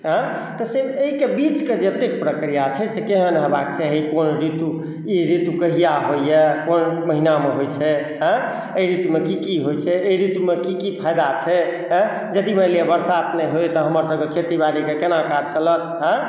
तऽ से अयके बीचके जते प्रक्रिया छै से केहन हेबाके चाही कोन ऋतु ई ऋतु कहिया होइए कोन महीनामे होइ छै अय अय ऋतुमे की की होए छै अइ ऋतुमे की की फायदा छै अय यदि मानि लिअ बरसात नहि हेतै तऽ हमर सबके खेती बारीके केना काज चलत